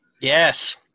Yes